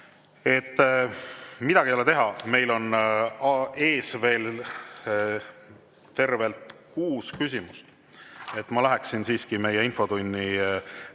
Midagi ei ole teha, meil on ees veel tervelt kuus küsimust. Ma läheksin siiski edasi meie infotunni